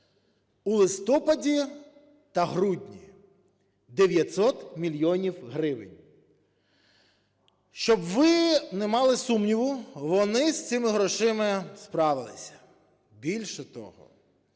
У листопаді та грудні – 900 мільйонів гривень. Щоб ви не мали сумніву, вони з цими грошима справилися. Більше того,